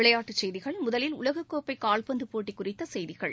விளையாட்டுச் செய்திகள் முதலில் உலகக்கோப்பை கால்பந்து போட்டிக் குறித்த செய்திகள்